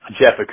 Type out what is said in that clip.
Jeff